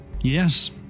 Yes